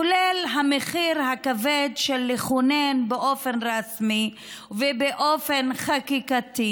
כולל המחיר הכבד לכונן באופן רשמי ובאופן חקיקתי